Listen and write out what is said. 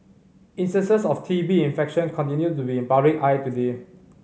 instances of T B infection continue to be in public eye today